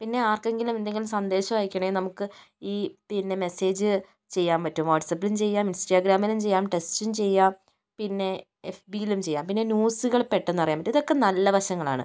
പിന്നെ ആർക്കെങ്കിലും എന്തെങ്കിലും സന്ദേശം അയക്കണേൽ നമുക്ക് ഈ പിന്നെ മെസ്സേജ് ചെയ്യാൻ പറ്റും വാട്ട്സ്ആപ്പിലും ചെയ്യാം ഇൻസ്റ്റാഗ്രാമിലും ചെയ്യാം ടെക്സ്റ്റും ചെയ്യാം പിന്നെ എഫ് ബി യിലും ചെയ്യാം പിന്നെ ന്യൂസുകള് പെട്ടെന്ന് അറിയാൻ പറ്റും ഇതൊക്കെ നല്ല വശങ്ങളാണ്